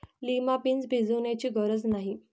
lima beans भिजवण्याची गरज नाही